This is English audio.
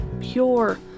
pure